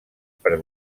per